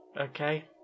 Okay